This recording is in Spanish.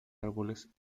árboles